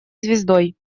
звездой